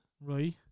right